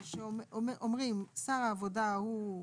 שאומרים ששר העבודה הוא,